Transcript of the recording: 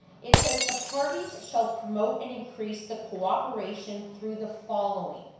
it says the parties shall promote and increase the cooperation through the following,